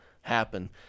happen